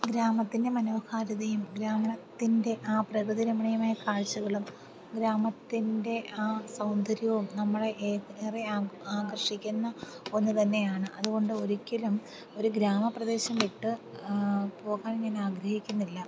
ഗ്രാമത്തിൻ്റെ മനോഹാരിതയും ഗ്രാമത്തിൻ്റെ ആ പ്രകൃതി രമണീയമായ കാഴ്ചകളും ഗ്രാമത്തിൻ്റെ ആ സൗന്ദര്യവും നമ്മളെ ഏറെ ആകർഷിക്കുന്ന ഒന്ന് തന്നെയാണ് അതുകൊണ്ട് ഒരിക്കലും ഒരു ഗ്രാമപ്രദേശം വിട്ട് പോകാൻ ഞാൻ ആഗ്രഹിക്കുന്നില്ല